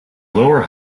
lower